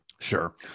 Sure